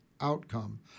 outcome